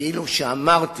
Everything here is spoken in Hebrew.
כאילו אמרתי